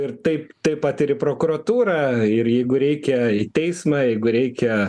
ir taip taip pat ir į prokuratūrą ir jeigu reikia į teismą jeigu reikia